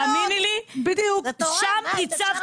עד היום אני מסתכלת